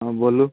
हँ बोलू